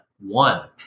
one